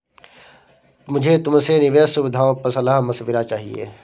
मुझे तुमसे निवेश सुविधाओं पर सलाह मशविरा चाहिए